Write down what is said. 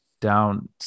down